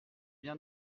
bien